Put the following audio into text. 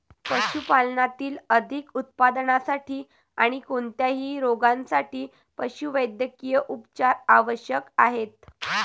पशुपालनातील अधिक उत्पादनासाठी आणी कोणत्याही रोगांसाठी पशुवैद्यकीय उपचार आवश्यक आहेत